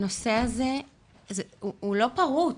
הנושא הזה לא פרוץ,